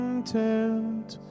content